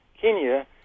Kenya